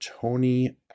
Tony